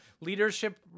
leadership